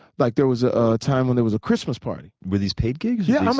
like there was a time when there was a christmas party. were these paid gigs? yeah, um